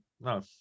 No